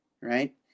right